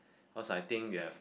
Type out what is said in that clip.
cause I think we have